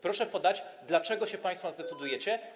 Proszę podać, dlaczego się państwo na to decydujecie.